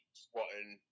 squatting